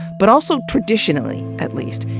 but also, traditionally at least,